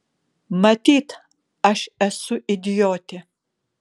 matyt aš esu idiotė